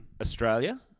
Australia